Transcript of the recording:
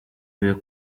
ibi